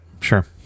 Sure